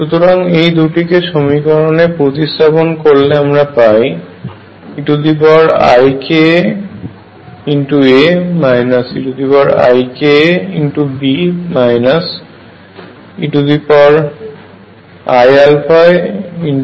সুতরাং এই দুটিকে সমীকরণে প্রতিস্থাপন করলে আমরা পাই eiαaA e iαaB2mV2iαψ